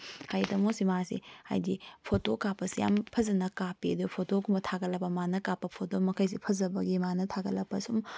ꯍꯥꯏꯕꯗꯤ ꯇꯥꯃꯣꯁꯤ ꯃꯥꯁꯤ ꯍꯥꯏꯕꯗꯤ ꯐꯣꯇꯣ ꯀꯥꯞꯄꯁꯦ ꯌꯥꯝꯅ ꯐꯖꯅ ꯀꯥꯞꯄꯤ ꯑꯗꯨ ꯐꯣꯇꯣꯒꯨꯝꯕ ꯊꯥꯒꯠꯂꯕ ꯃꯥꯅ ꯀꯥꯞꯄ ꯐꯣꯇꯣ ꯃꯈꯩꯁꯦ ꯐꯖꯕꯒꯤ ꯃꯥꯅ ꯊꯥꯒꯠꯂꯛꯄ ꯑꯁꯨꯝ